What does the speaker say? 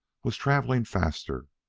was travelling faster,